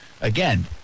Again